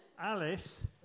Alice